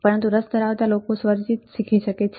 પરંતુ રસ ધરાવતા લોકો સ્વરચિત શીખી શકે છે